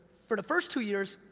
for the first two years,